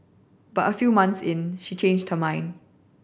but a few months in she changed her mind